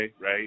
right